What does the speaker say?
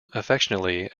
affectionately